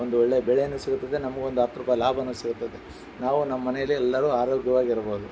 ಒಂದು ಒಳ್ಳೆ ಬೆಳೆಯನ್ನು ಸಿಗುತ್ತದೆ ನಮಗೊಂದು ಹತ್ತು ರೂಪಾಯಿ ಲಾಭವೂ ಸಿಗುತ್ತದೆ ನಾವು ನಮ್ಮ ಮನೆಯಲ್ಲಿ ಎಲ್ಲರು ಆರೋಗ್ಯವಾಗಿ ಇರಬೋದು